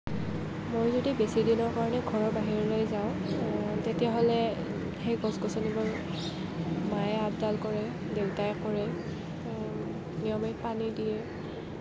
মই যদি বেছি দিনৰ কাৰণে ঘৰৰ বাহিৰলৈ যাওঁ তেতিয়াহ'লে সেই গছ গছনিবোৰ মায়ে আপডাল কৰে দেউতায়ে কৰে নিয়মিত পানী দিয়ে